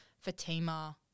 Fatima